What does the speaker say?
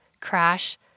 crash